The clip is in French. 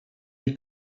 est